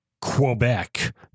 Quebec